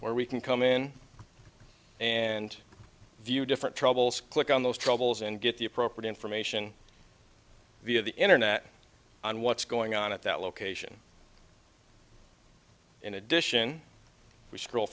or we can come in and view different troubles click on those troubles and get the appropriate information via the internet on what's going on at that location in addition we scr